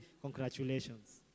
Congratulations